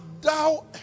thou